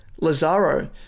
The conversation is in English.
Lazaro